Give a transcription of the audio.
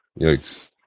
Yikes